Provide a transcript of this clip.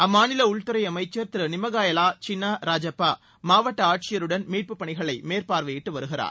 அம்மாநில உள்துறை அமைச்சர் திரு நிம்மகாயலா சின்னாரெட்டி மாவட்ட ஆட்சியருடன் மீட்பு பணிகளை மேற்பார்வையிட்டு வருகிறார்